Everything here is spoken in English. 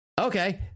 okay